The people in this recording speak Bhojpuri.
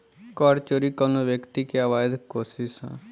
कर चोरी कवनो व्यक्ति के अवैध कोशिस ह